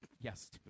Yes